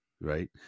Right